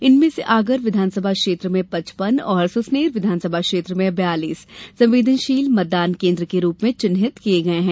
इनमें से आगर विधानसभा क्षेत्र में पचपन और सुसनेर विधानसभा क्षेत्र में बयालीस संवेदनशील मतदान कोन्द्र के रूप में चिन्हित किये गये हैं